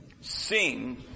Sing